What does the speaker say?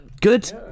Good